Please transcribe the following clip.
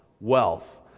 wealth